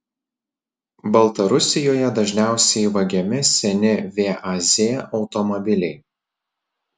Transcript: baltarusijoje dažniausiai vagiami seni vaz automobiliai